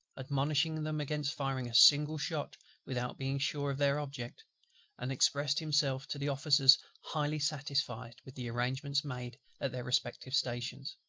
admonishing them against firing a single shot without being sure of their object and expressed himself to the officers highly satisfied with the arrangements made at their respective stations.